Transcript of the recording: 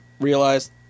realized